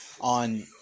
on